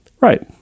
Right